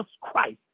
Christ